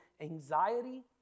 anxiety